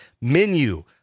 menu